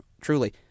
truly